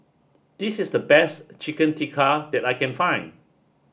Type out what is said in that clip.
this is the best Chicken Tikka that I can find